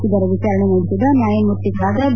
ಇದರ ವಿಚಾರಣೆ ನಡೆಸಿದ ನ್ನಾಯಮೂರ್ತಿಗಳಾದ ಬಿ